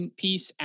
piece